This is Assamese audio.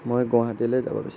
মই গুৱাহাটীলৈ যাব বিচাৰিছোঁ